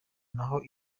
naho